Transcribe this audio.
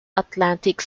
atlantic